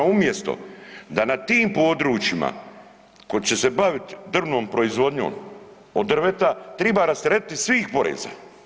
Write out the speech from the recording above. Umjesto da na tim područjima koji će se baviti drvnom proizvodnjom od drveta triba rasteretiti svih poreza.